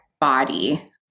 body